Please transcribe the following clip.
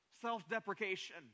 Self-deprecation